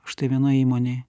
šitoj vienoj įmonėj